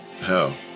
hell